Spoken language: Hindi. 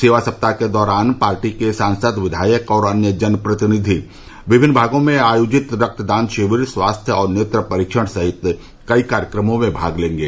सेवा सप्ताह के दौरान पार्टी के सांसद विघायक और अन्य जनप्रतिनिधि विभिन्न भागों में आयेजित रक्तदान शिविर स्वास्थ्य और नेत्र परीक्षण सहित कई कार्यक्रमों में भाग लेंगे